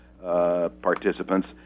participants